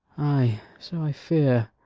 ay, so i fear